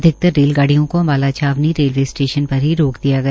अधिकतर रेलगाड़ियों को अम्बाला छावनी रेलवे स्टेशन पर ही रोक दिया गया